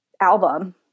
album